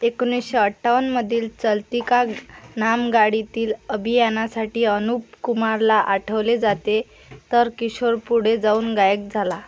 एकोणीसशे अठ्ठावन्नमधील चलती का नाम गाडीतील अभिनयासाठी अनुप कुमारला आठवले जाते तर किशोर पुढे जाऊन गायक झाला